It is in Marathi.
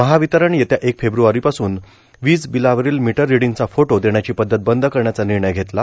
महावितरण येत्या एक फेब्रवारीपासून विज बिलावरील मीटर रिडींगचा फोटा देण्याची पद्धत बंद करण्याचा निर्णय घेतला आहे